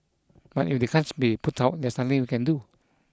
but if they can't be put out there's nothing we can do